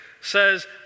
says